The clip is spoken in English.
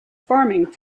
farming